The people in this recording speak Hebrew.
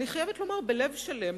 אני חייבת לומר שעשיתי זאת בלב שלם,